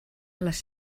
les